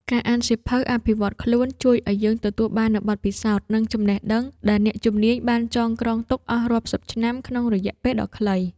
ការអានសៀវភៅអភិវឌ្ឍខ្លួនជួយឱ្យយើងទទួលបាននូវបទពិសោធន៍ និងចំណេះដឹងដែលអ្នកជំនាញបានចងក្រងទុកអស់រាប់សិបឆ្នាំក្នុងរយៈពេលដ៏ខ្លី។